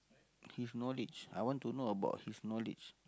his knowledge I want to know about his knowledge